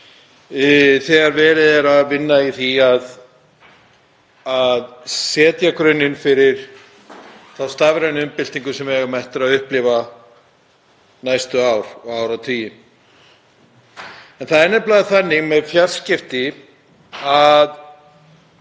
þegar verið er að vinna í því að leggja grunninn fyrir þá stafrænu umbyltingu sem við eigum eftir að upplifa næstu ár og áratugi. Það er nefnilega þannig með fjarskipti að